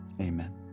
Amen